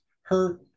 hurt